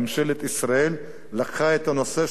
ממשלת ישראל לקחה את הנושא,